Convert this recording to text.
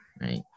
right